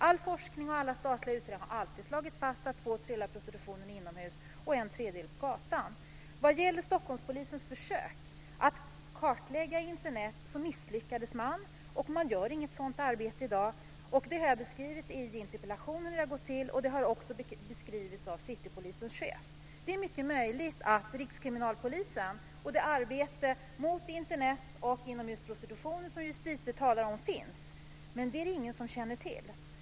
All forskning och alla statliga utredningar har alltid slagit fast att två tredjedelar av prostitutionen är inomhus och en tredjedel på gatan. Vad gäller Stockholmspolisens försök att kartlägga Internet misslyckades man, och man bedriver inget sådant arbete i dag. Jag har beskrivit i interpellationen hur det har gått till och det har också beskrivits av Det är mycket möjligt att Rikskriminalpolisen och det arbete mot Internet och inomhusprostitutionen som justitieministern talar om finns, men det är det ingen som känner till.